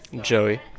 Joey